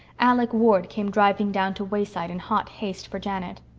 alec ward came driving down to wayside in hot haste for janet.